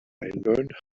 learned